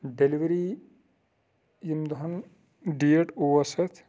delivery ییٚمہِ دۄہَن date اوس اَتھ